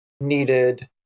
Needed